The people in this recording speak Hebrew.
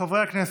חברי הכנסת,